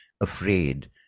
afraid